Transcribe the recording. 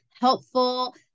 helpful